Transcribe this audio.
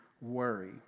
worry